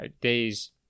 days